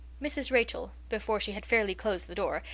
mrs. rachel, before she had fairly closed the door,